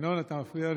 ינון, אתה מפריע לי.